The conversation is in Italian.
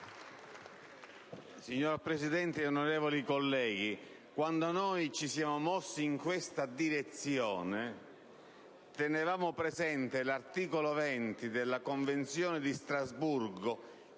Signor Presidente, onorevoli colleghi, quando noi ci siamo mossi in questa direzione, avevamo presente l'articolo 20 della Convenzione di Strasburgo